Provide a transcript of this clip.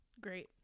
great